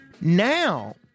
Now